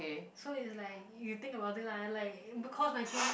so it's like you think about it lah like er course matching